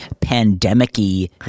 pandemic-y